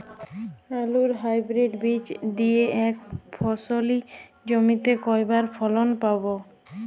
আলুর হাইব্রিড বীজ দিয়ে এক ফসলী জমিতে কয়বার ফলন পাব?